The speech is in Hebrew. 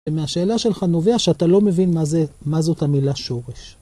ומהשאלה שלך נובע שאתה לא מבין מה זאת המילה שורש.